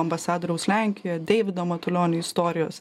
ambasadoriaus lenkijoj deivido matulionio istorijos